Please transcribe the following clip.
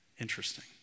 Interesting